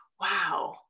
Wow